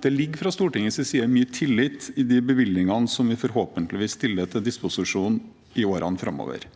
Det ligger fra Stortingets side mye tillit i de bevilgningene som vi forhåpentligvis stiller til disposisjon i årene framover.